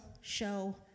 show